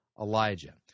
Elijah